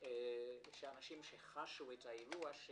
של אנשים שחשו את האירוע,